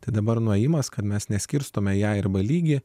tai dabar nuėjimas kad mes neskirstome jei arba lygį